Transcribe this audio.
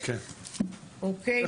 אוקיי.